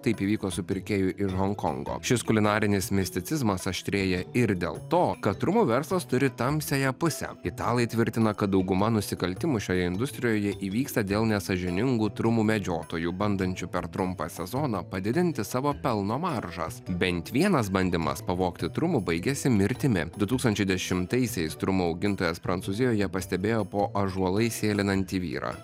taip įvyko su pirkėju ir honkongo šis kulinarinis misticizmas aštrėja ir dėl to kad trumų verslas turi tamsiąją pusę italai tvirtina kad dauguma nusikaltimų šioje industrijoje įvyksta dėl nesąžiningų trumų medžiotojų bandančių per trumpą sezoną padidinti savo pelno maržas bent vienas bandymas pavogti trumų baigėsi mirtimi du tūkstančiai dešimtaisiais trumų augintojas prancūzijoje pastebėjo po ąžuolais sėlinantį vyrą